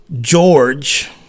George